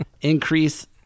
increase